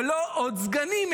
ולא עוד סגנים,